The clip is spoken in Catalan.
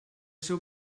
seu